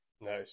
Nice